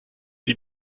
die